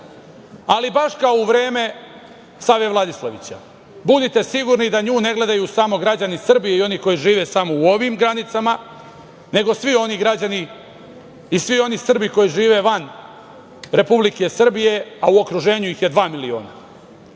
ali baš kao u vreme Save Vladislavića, budite sigurni da nju ne gledaju samo građani Srbije i oni koji žive samo u ovim granicama, nego svi oni građani i svi oni Srbi koji žive van Republike Srbije, a u okruženju ih je dva miliona. Pošto